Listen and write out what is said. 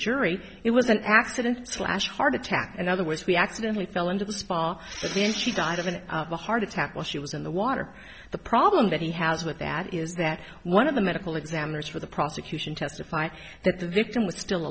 jury it was an accident slash heart attack another which we accidentally fell into the spa and she died of an a heart attack while she was in the water the problem that he has with that is that one of the medical examiners for the prosecution testified that the victim was still